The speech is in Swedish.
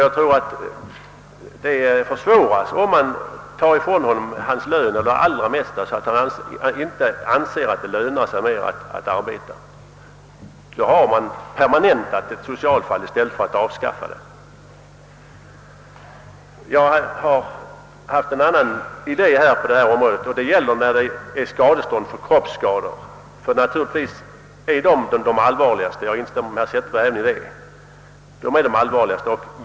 Jag tror att detta försvåras om man tar ifrån vederbörande hans lön eller det allra mesta därav, så att han inte anser att det lönar sig att arbeta. Då har man permanentat ett socialfall i stället för att avskaffa det. Jag har en annan idé på detta område, nämligen beträffande skadestånd för kroppsskador. Naturligtvis är skadestånd för dylika skador det väsentligaste; jag instämmer med herr Zetterberg även på denna punkt.